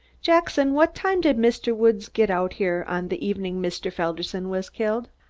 jackson, what time did mr. woods get out here on the evening mr. felderson was killed?